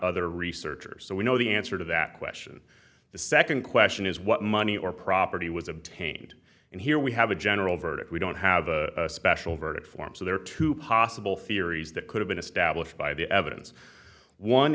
other researchers so we know the answer to that question the second question is what money or property was obtained and here we have a general verdict we don't have a special verdict form so there are two possible theories that could have been established by the evidence one